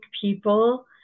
people